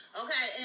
okay